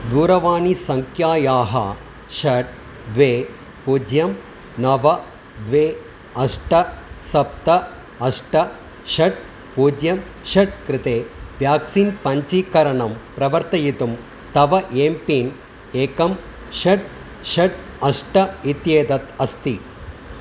दूरवाणीसङ्ख्यायाः षट् द्वे पूज्यं नव द्वे अष्ट सप्त अष्ट षट् पूज्यं षट् कृते व्याक्सीन् पञ्चीकरणं प्रवर्तयितुं तव एम्पिन् एकं षट् षट् अष्ट इत्येतत् अस्ति